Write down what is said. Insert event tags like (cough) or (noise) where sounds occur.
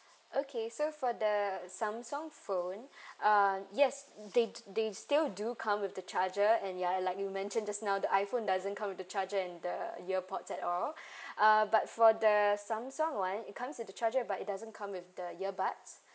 okay so for the Samsung phone (breath) uh yes they~ they still do come with the charger and ya like you mentioned just now the iPhone doesn't come with the charger and the ear pods at all (breath) uh but for the Samsung [one] it comes with the charger but it doesn't come with the earbuds